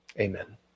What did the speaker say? amen